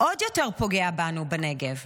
עוד יותר פוגעים בנו בנגב,